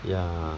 ya